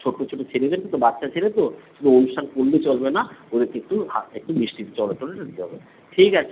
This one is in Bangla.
ছোট্ট ছোট্টো ছেলেদেরকে তো বাচ্চা ছেলে তো শুধু অনুষ্ঠান করলে চলবে না ওদেরকে একটু হাতে একটু মিষ্টি জল টল দিতে হবে ঠিক আছে